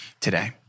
today